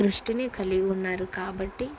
దృష్టిని కలిగి ఉన్నారు కాబట్టి